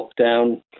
lockdown –